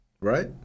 right